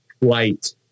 Light